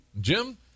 Jim